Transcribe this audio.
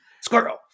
squirrel